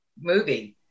movie